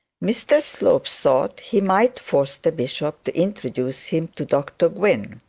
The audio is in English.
mr slope thought he might force the bishop to introduce him to dr gwynne.